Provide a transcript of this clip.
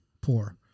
poor